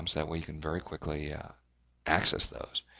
um so that way, you can very quickly access those.